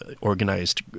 organized